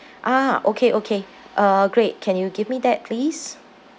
ah okay okay uh great can you give me that please